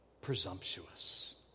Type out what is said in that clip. Presumptuous